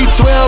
B12